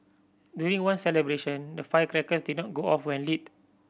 during one celebration the firecrackers did not go off when lit